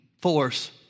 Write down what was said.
force